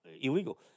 illegal